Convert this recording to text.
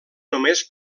només